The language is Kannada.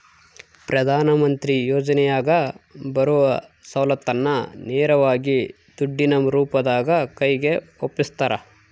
ಪ್ರಧಾನ ಮಂತ್ರಿ ಯೋಜನೆಯಾಗ ಬರುವ ಸೌಲತ್ತನ್ನ ನೇರವಾಗಿ ದುಡ್ಡಿನ ರೂಪದಾಗ ಕೈಗೆ ಒಪ್ಪಿಸ್ತಾರ?